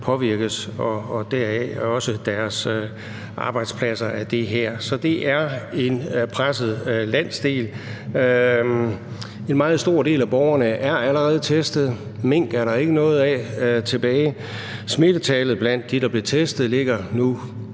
det her og deraf også deres arbejdspladser. Så det er en presset landsdel. En meget stor del af borgerne er allerede testet, mink er der ikke nogen tilbage af, smittetallet blandt dem, der er blevet testet, ligger nu